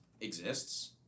exists